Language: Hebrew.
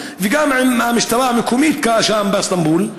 באיסטנבול, וגם עם המשטרה המקומית שם, באיסטנבול,